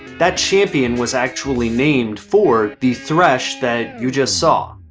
that champion was actually named for the thresh that you just saw.